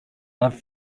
love